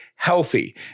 healthy